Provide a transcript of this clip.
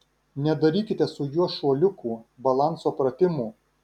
nedarykite su juo šuoliukų balanso pratimų